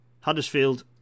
Huddersfield